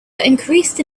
increased